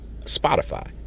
Spotify